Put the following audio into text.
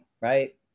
right